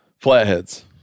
Flatheads